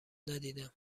ندیدم